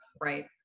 right